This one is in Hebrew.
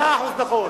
מאה אחוז נכון.